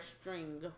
string